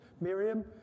Miriam